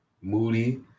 Moody